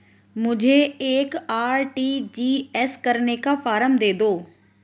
मुझे एक आर.टी.जी.एस करने का फारम दे दो?